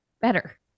better